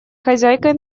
хозяйкой